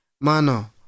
mano